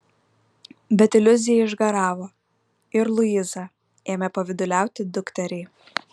bet iliuzija išgaravo ir luiza ėmė pavyduliauti dukteriai